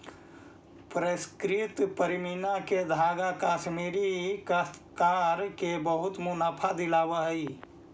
परिष्कृत पशमीना के धागा कश्मीरी काश्तकार के बहुत मुनाफा दिलावऽ हई